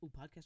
podcast